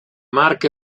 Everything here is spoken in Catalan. marc